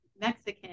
Mexican